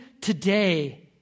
today